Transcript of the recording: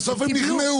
ובסוף הם נכנעו.